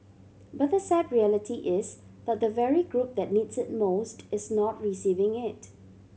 but the sad reality is that the very group that needs it most is not receiving it